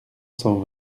cent